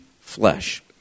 flesh